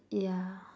yeah